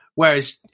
whereas